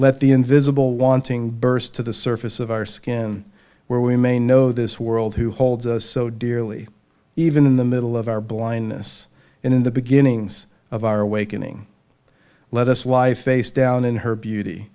let the invisible wanting burst to the surface of our skin where we may know this world who holds us so dearly even in the middle of our blindness in the beginnings of our awakening let us life face down in her beauty